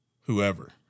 whoever